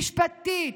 משפטית,